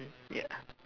yeah